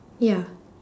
ya